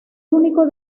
único